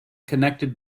connected